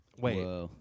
wait